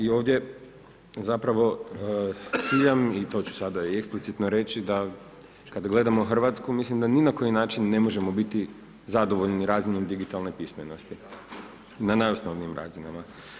I ovdje, zapravo, ciljam i to ću sada i eksplicitno reći, da kad gledamo Hrvatsku, mislim da ni na koji način, ne možemo biti zadovoljni razinom digitalne pismenosti, na najosnovnijim razinama.